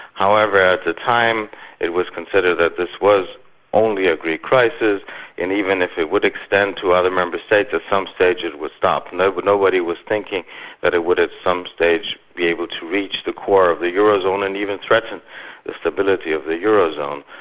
however, at the time it was considered that this was only a greek crisis and even if it would extend to other member states, at some stage it would stop. and nobody was thinking that it would at some stage be able to reach the core of the euro zone and even threaten the stability of the euro zone.